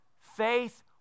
Faith